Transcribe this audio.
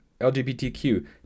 LGBTQ